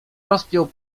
rozpiął